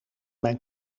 mijn